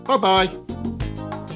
Bye-bye